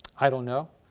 i don't know.